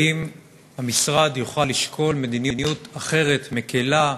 האם המשרד יוכל לשקול מדיניות אחרת, מקלה?